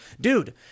Dude